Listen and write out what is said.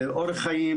אורח חיים